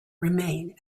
remained